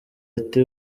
ati